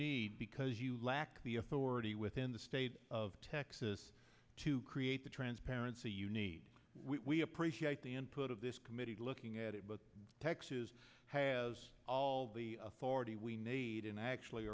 need because you lack the authority within the state of texas to create the transparency you need we appreciate the input of this committee looking at it but texas has all the authority we need and actually